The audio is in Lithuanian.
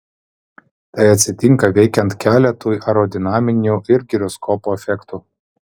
tai atsitinka veikiant keletui aerodinaminių ir giroskopo efektų